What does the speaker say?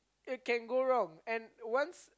if can go wrong and once